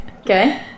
Okay